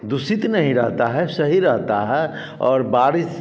दूषित नहीं रहता है सही रहता है और बारिश